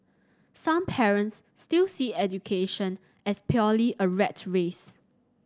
some parents still see education as purely a rat race